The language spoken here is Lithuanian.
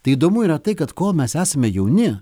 tai įdomu yra tai kad kol mes esame jauni